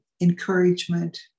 encouragement